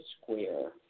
square